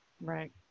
Right